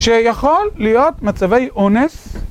שיכול להיות מצבי אונס